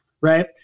right